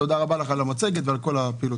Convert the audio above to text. תודה עבור המצגת ועבור הפעילות.